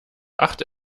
acht